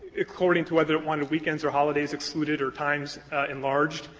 according to whether it wanted weekends or holidays excluded or times enlarged,